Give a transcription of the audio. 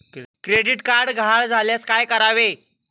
Credit card गहाळ झाल्यास काय करावे?